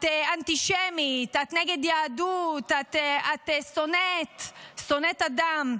את אנטישמית, את נגד יהדות, את שונאת אדם.